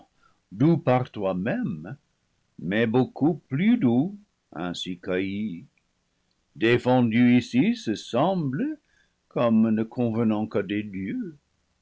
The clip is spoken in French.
doux par toi-même mais beaucoup plus doux ainsi cueilli défendu ici ce semble comme ne conve riant qu'à des dieux